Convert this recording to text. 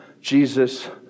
Jesus